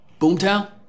Boomtown